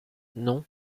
non